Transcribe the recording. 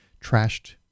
trashed